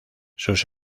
sus